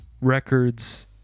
records